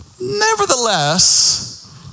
Nevertheless